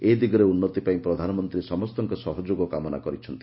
ଏ ଦିଗରେ ଉନ୍ତି ପାଇଁ ପ୍ରଧାନମନ୍ତୀ ସମସ୍ତଙ୍କ ସହଯୋଗ କାମନା କରିଛନ୍ତି